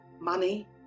money